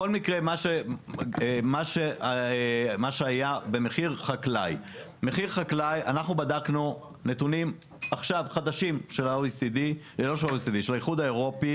לגבי מחיר החקלאי אנחנו בדקנו נתונים חדשים של האיחוד האירופי